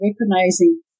recognizing